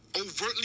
overtly